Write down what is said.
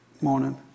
morning